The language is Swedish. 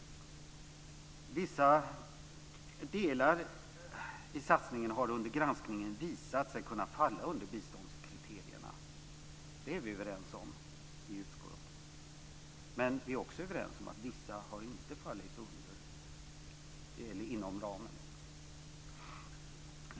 Vissa delar i satsningen har under granskningen visat sig kunna falla under biståndskriterierna. Det är vi överens om i utskottet. Men vi är också överens om att vissa inte har fallit inom ramen.